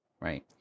right